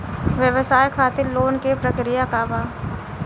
व्यवसाय खातीर लोन के प्रक्रिया का बा?